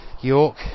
York